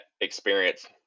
experience